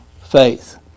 faith